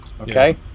okay